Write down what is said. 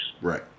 Right